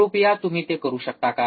कृपया तुम्ही ते करू शकता का